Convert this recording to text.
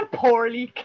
poorly